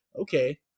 okay